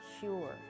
sure